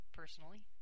personally